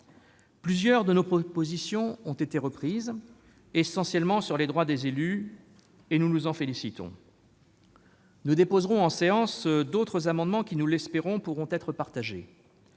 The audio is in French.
Plusieurs de nos propositions ont été reprises, essentiellement sur les droits des élus. Nous nous en félicitons. Nous présenterons, en séance, d'autres amendements, qui, nous l'espérons, pourront rassembler.